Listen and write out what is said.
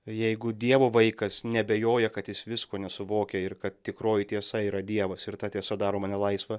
jeigu dievo vaikas neabejoja kad jis visko nesuvokia ir kad tikroji tiesa yra dievas ir ta tiesa daro mane laisvą